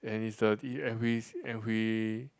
and it's a and we and we